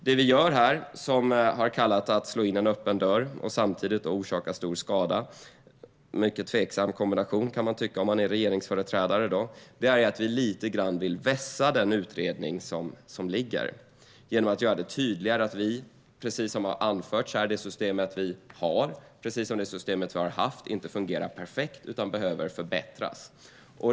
Det vi gör här, som har kallats att slå in en öppen dörr och samtidigt orsaka stor skada - en tveksam kombination kan en regeringsföreträdare tycka - är att vi lite grann vill vässa den liggande utredningen genom att göra det tydligare att, som har anförts här, det system som finns och har funnits inte fungerar perfekt utan behöver förbättras.